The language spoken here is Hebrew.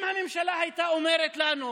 אם הממשלה הייתה אומרת לנו,